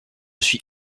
suis